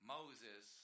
Moses